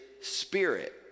Spirit